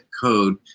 code